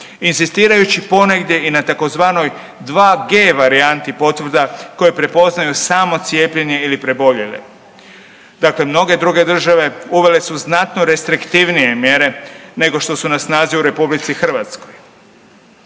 inzistirajući ponegdje i na tzv. 2G varijanti potvrda koje prepoznaju samo cijepljene ili preboljele. Dakle, mnoge druge države uvele su znatno restriktivnije mjere nego što su na snazi u RH. Ne pridržavanje